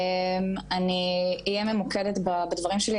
אני אהיה ממוקדת בדברים שלי,